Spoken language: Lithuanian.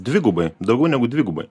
dvigubai daugiau negu dvigubai